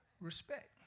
respect